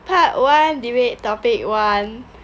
part one debate topic one